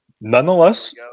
Nonetheless